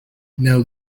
now